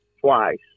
twice